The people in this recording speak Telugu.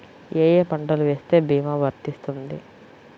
ఏ ఏ పంటలు వేస్తే భీమా వర్తిస్తుంది?